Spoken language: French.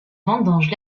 vendanges